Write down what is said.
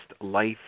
life